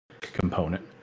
component